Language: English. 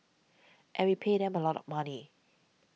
and we pay them a lot of money